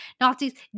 nazis